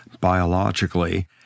biologically